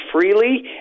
freely